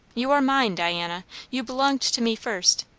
you are mine, diana you belonged to me first,